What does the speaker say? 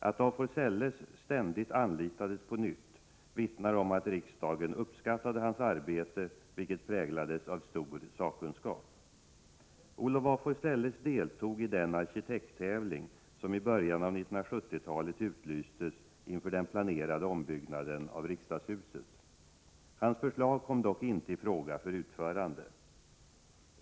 Att af Forselles ständigt anlitades på nytt vittnar om att riksdagen uppskattade hans arbete, vilket präglades av stor sakkunskap. utlystes inför den planerade ombyggnaden av riksdagshuset. Hans förslag kom dock inte i fråga för utförande.